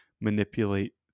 manipulate